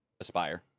aspire